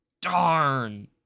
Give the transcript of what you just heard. darn